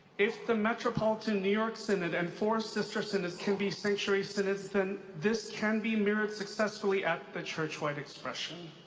if the metropolitan new york synod and four sister synods can be sanctuary synods, then this can be mirrored successfully at the churchwide expression.